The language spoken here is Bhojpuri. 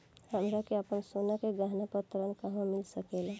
हमरा के आपन सोना के गहना पर ऋण कहवा मिल सकेला?